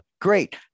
Great